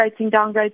downgrades